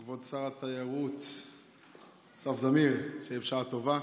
כבוד שר התיירות אסף זמיר, שיהיה בשעה טובה.